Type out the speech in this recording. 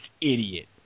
idiot